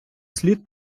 слід